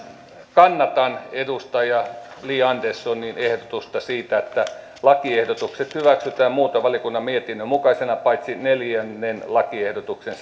kannatan edustaja li anderssonin ehdotusta siitä että lakiehdotukset hyväksytään muuten valiokunnan mietinnön mukaisina paitsi neljännen lakiehdotuksen